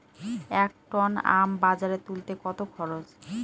এক টন আম বাজারে তুলতে কত খরচ?